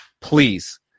please